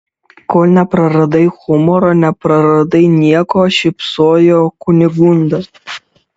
kol nepraradai humoro nepraradai nieko šypsojo kunigunda